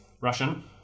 Russian